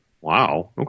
Wow